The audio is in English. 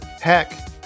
Heck